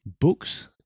books